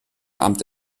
amt